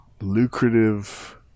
Lucrative